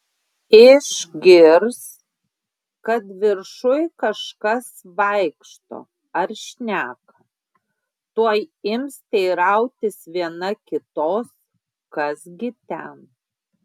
išgirs kad viršuj kažkas vaikšto ar šneka tuoj ims teirautis viena kitos kas gi ten